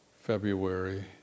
February